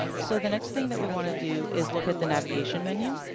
so, the next thing that we want to do is look at the navigation menu.